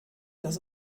dass